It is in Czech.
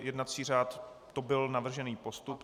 Jednací řád to byl navržený postup.